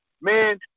Man